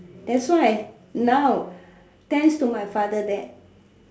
that's why now thanks to my father that